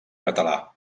català